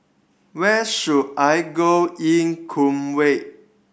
where should I go in Kuwait